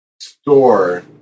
store